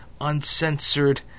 uncensored